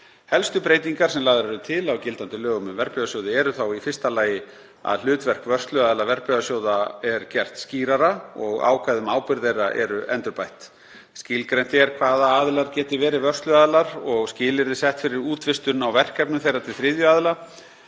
Helstu breytingar sem lagðar eru til á gildandi lögum um verðbréfasjóði eru í fyrsta lagi að hlutverk vörsluaðila verðbréfasjóða er gert skýrara og ákvæði um ábyrgð þeirra eru endurbætt. Skilgreint er hvaða aðilar geti verið vörsluaðilar og skilyrði sett fyrir útvistun á verkefnum þeirra til þriðja aðila.